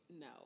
No